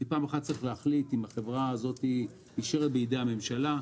פעם אחת צריך להחליט אם החברה הזאת נשארת בידי הממשלה,